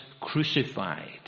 crucified